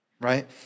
right